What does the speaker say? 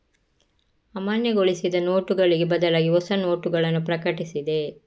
ಅಮಾನ್ಯಗೊಳಿಸಿದ ನೋಟುಗಳಿಗೆ ಬದಲಾಗಿಹೊಸ ನೋಟಗಳನ್ನು ಪ್ರಕಟಿಸಿದೆ